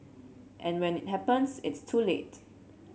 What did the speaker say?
and when it happens it's too late